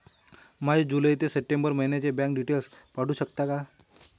माझे जुलै ते सप्टेंबर महिन्याचे बँक डिटेल्स पाठवू शकता का?